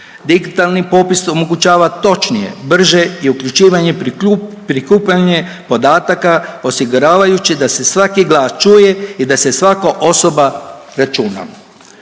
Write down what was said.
Digitalni popis omogućava točnije, brže i uključivanje prikupljanje podataka osiguravajući da se svaki glas čuje i da se svaka osoba računa.